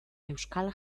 euskal